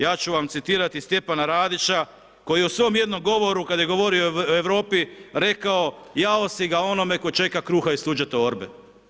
Ja ću vam citirati Stjepana Radića koji u svom jednom govoru, kad je govorio o Europi rekao jao si ga onome tko čeka kruha iz tuđe torbe.